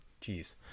Jeez